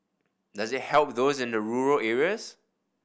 does it help those in the rural areas